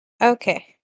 okay